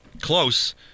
Close